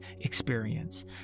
experience